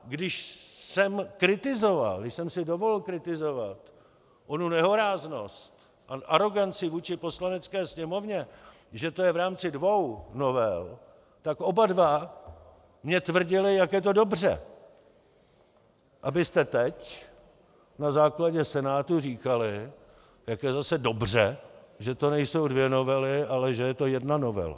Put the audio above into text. Když jsem kritizoval, když jsem si dovolil kritizovat onu nehoráznost, aroganci vůči Poslanecké sněmovně, že to je v rámci dvou novel, tak oba dva mně tvrdili, jak je to dobře, abyste teď na základě Senátu říkali, jak je zase dobře, že to nejsou dvě novely, ale že je to jedna novela.